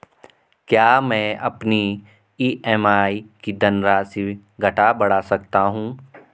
क्या मैं अपनी ई.एम.आई की धनराशि घटा बढ़ा सकता हूँ?